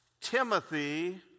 Timothy